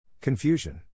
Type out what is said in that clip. confusion